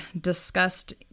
discussed